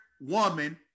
woman